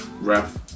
Ref